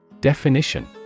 Definition